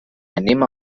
anem